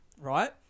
right